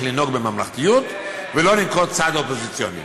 לנהוג בממלכתיות ולא לנקוט צעד אופוזיציוני.